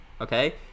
okay